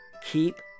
Keep